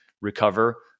recover